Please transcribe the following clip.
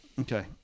Okay